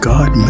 God